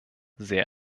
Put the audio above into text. sehr